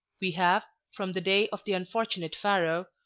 we have, from the day of the unfortunate pharaoh,